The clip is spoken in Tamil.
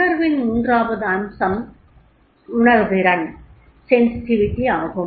உணர்வின் மூன்றாவது அம்சம் உணர்திறன் ஆகும்